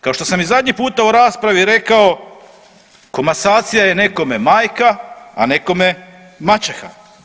Kao što sam i zadnji put u raspravi rekao komasacija je nekome majka, a nekome maćeha.